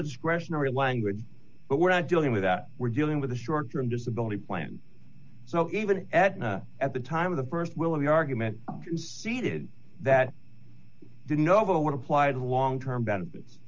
discretionary language but we're not dealing with that we're dealing with a short term disability plan so even at the time of the birth will of the argument conceded that didn't know what applied long term benefits